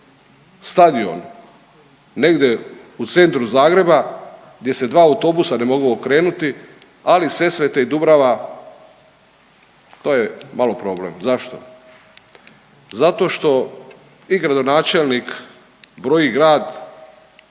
stadion negdje u centru Zagreba gdje se dva autobusa ne mogu okrenuti, ali Sesvete i Dubrava to je malo problem. Zašto? Zato što i gradonačelnik broji grad